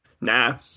Nah